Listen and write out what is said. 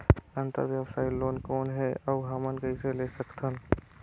अंतरव्यवसायी लोन कौन हे? अउ हमन कइसे ले सकथन?